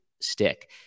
stick